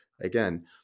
again